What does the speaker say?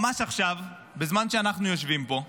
ממש עכשיו, בזמן שאנחנו יושבים פה,